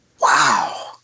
wow